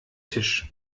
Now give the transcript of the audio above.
tisch